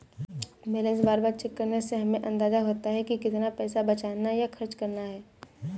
balance बार बार check करने से हमे अंदाज़ा होता है की कितना पैसा बचाना या खर्चना है